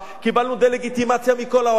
קיבלנו דה-לגיטימציה מכל העולם,